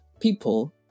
people